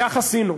וכך עשינו,